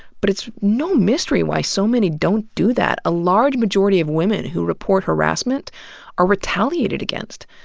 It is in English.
but it's no mystery why so many don't do that. a large majority of women who report harassment are retaliated against.